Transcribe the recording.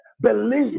believe